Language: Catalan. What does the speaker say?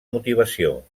motivació